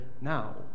now